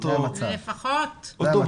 לפחות.